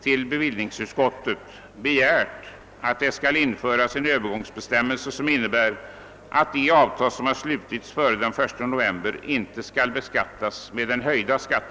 till bevillningsutskottet begärt att det skall införas en övergångsbestämmelse som innebär att de avtal som har slutits före den 1 november inte skall beskattas med det höjda uttaget.